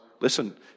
listen